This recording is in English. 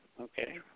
okay